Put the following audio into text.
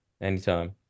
anytime